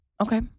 Okay